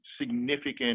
significant